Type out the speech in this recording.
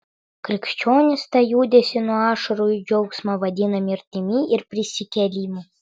krikščionys tą judesį nuo ašarų į džiaugsmą vadina mirtimi ir prisikėlimu